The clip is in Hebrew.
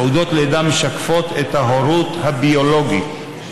תעודות לידה משקפות את ההורות הביולוגית,